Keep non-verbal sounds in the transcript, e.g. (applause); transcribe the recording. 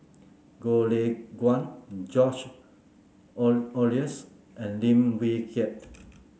Goh Lay Kuan George (unintelligible) Oehlers and Lim Wee Kiak